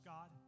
God